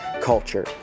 culture